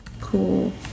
Cool